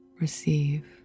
receive